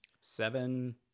Seven